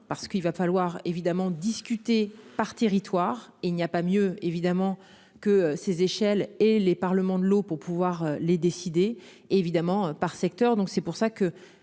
parce qu'il va falloir évidemment discuté par territoire. Il n'y a pas mieux évidemment que ces échelles et les parlements de l'eau pour pouvoir les décidé évidemment par secteur, donc c'est pour ça que